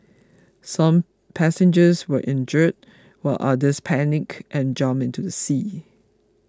some passengers were injured while others panicked and jumped into the sea